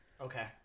Okay